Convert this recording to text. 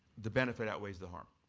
the benefit outweighs the harm.